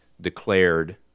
declared